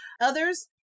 Others